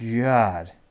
God